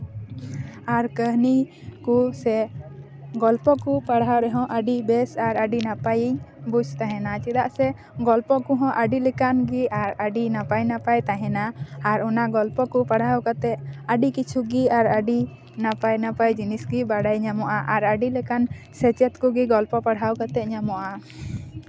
ᱟᱨ ᱠᱟᱹᱦᱱᱤ ᱠᱚ ᱥᱮ ᱜᱚᱞᱯᱚ ᱠᱚ ᱯᱟᱲᱦᱟᱣ ᱨᱮᱦᱚᱸ ᱟᱹᱰᱤ ᱵᱮᱥ ᱟᱨ ᱟᱹᱰᱤ ᱱᱟᱯᱟᱭᱤᱧ ᱵᱩᱡᱽ ᱛᱟᱦᱮᱸᱱᱟ ᱪᱮᱫᱟᱜ ᱥᱮ ᱜᱚᱞᱯᱚ ᱠᱚᱦᱚᱸ ᱟᱹᱰᱤ ᱞᱮᱠᱟᱱ ᱜᱮ ᱟᱨ ᱟᱹᱰᱤ ᱱᱟᱯᱟᱭ ᱱᱟᱯᱟᱭ ᱛᱟᱦᱮᱸᱱᱟ ᱟᱨ ᱚᱱᱟ ᱜᱚᱞᱯᱚ ᱠᱚ ᱯᱟᱲᱦᱟᱣ ᱠᱟᱛᱮᱫ ᱟᱹᱰᱤ ᱠᱤᱪᱷᱩ ᱜᱮ ᱟᱨ ᱟᱹᱰᱤ ᱱᱟᱯᱟᱭ ᱱᱟᱯᱟᱭ ᱡᱤᱱᱤᱥ ᱜᱮ ᱵᱟᱲᱟᱭ ᱧᱟᱢᱚᱜᱼᱟ ᱟᱨ ᱟᱹᱰᱤ ᱞᱮᱠᱟᱱ ᱥᱮᱪᱮᱫ ᱠᱚᱜᱮ ᱜᱚᱞᱯᱷᱚ ᱯᱟᱲᱦᱟᱣ ᱠᱟᱛᱮᱫ ᱧᱟᱢᱚᱜᱼᱟ